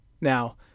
Now